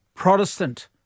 Protestant